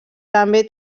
també